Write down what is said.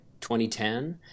2010